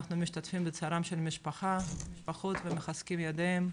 אנחנו משתתפים בצערם של המשפחה ומחזקים ידיהם,